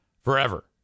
forever